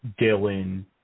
Dylan